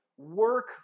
work